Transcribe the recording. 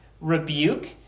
rebuke